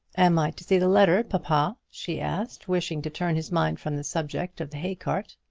am i to see the letter, papa? she asked, wishing to turn his mind from the subject of the hay-cart.